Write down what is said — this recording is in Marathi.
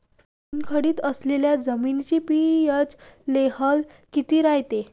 चुनखडी असलेल्या जमिनीचा पी.एच लेव्हल किती रायते?